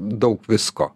daug visko